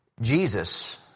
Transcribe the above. Jesus